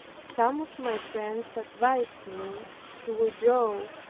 some of my friends advised me to withdraw,